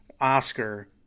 Oscar